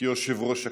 כיושב-ראש הכנסת.